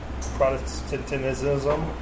Protestantism